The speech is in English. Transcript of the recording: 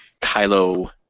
Kylo